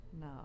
no